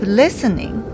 listening